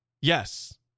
yes